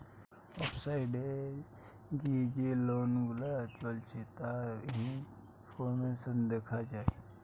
website এ গিয়ে যে লোন গুলা চলছে তার ইনফরমেশন দেখা যায়